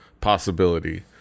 possibility